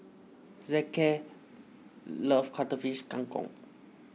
Zeke loves Cuttlefish Kang Kong